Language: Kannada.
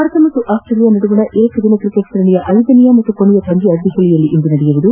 ಭಾರತ ಮತ್ತು ಆಸ್ಟ್ರೇಲಿಯಾ ನಡುವಣ ಏಕದಿನ ಕ್ರಿಕೆಟ್ ಸರಣಿಯ ಐದನೇ ಮತ್ತು ಕೊನೆಯ ಪಂದ್ಯ ದೆಹಲಿಯಲ್ಲಿಂದು ನಡೆಯಲಿದೆ